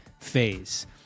phase